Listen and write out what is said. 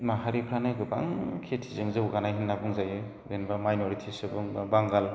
माहारिफ्रानो गोबां खेथिजों जौगानाय होनना बुंजायो जेनोबा मायनरिथि सुबुं बा बांगाल